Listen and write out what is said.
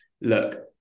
look